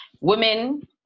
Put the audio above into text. women